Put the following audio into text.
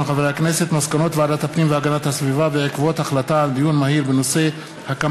מסקנות ועדת הפנים והגנת הסביבה בעקבות דיון מהיר בהצעתו